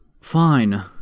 -"Fine